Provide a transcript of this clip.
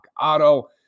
auto